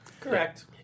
Correct